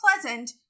pleasant